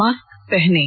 mask पहनें